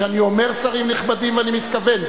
כשאני אומר שרים נכבדים, אני מתכוון.